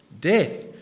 Death